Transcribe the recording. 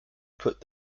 put